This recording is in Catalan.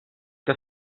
que